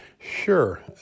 Sure